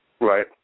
Right